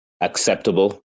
acceptable